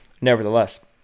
nevertheless